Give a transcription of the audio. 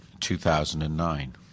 2009